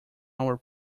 our